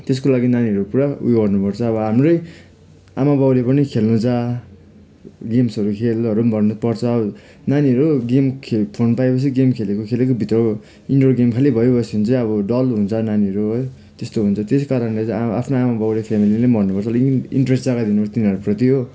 त्यसको लागि नानीहरू पुरा उयो गर्नुपर्छ अब हाम्रै आमाबाउले पनि खेल्न जा गेम्सहरू खेलहरू पनि भन्नुपर्छ नानीहरू गेम फोन पाए पछि फोन पाए पछि गेम खेलोको खेलेको भित्रको इन्डोर गेम खालि भइबस्यो भने चाहिँ अब डल हुन्छ नानीहरू है त्यस्तो हुन्छ त्यस कारणले चाहिँ अब आफ्नो आमाबाउले फेमिलीले पनि भन्नुपर्छ अलिक इन्ट्रेस्ट जगाइ दिनुपर्छ तिनीहरू प्रति हो